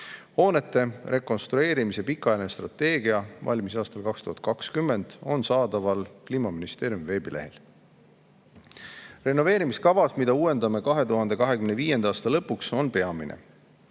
Hoonete rekonstrueerimise pikaajaline strateegia valmis aastal 2020, see on saadaval Kliimaministeeriumi veebilehel. Renoveerimiskavas, mida uuendame 2025. aasta lõpuks, on peamine,